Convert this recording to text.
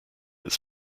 its